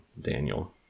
Daniel